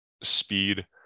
speed